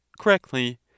correctly